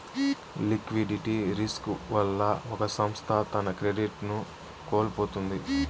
liquidity risk వల్ల ఒక సంస్థ తన క్రెడిట్ ను కోల్పోతుంది